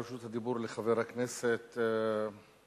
רשות הדיבור לחבר הכנסת אייכלר,